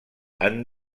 han